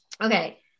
Okay